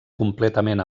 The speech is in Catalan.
completament